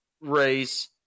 race